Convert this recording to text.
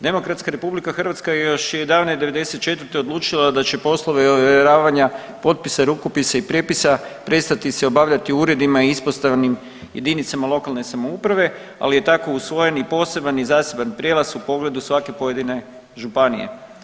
Demokratska RH je još davne '94. odlučila da će poslove ovjeravanja potpisa, rukopisa i prijepisa prestati se obavljati u uredima i ispostavnim jedinicama lokalne samouprave, ali je tako usvojen i poseban i zaseban prijelaz u pogledu svake pojedine županije.